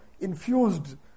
infused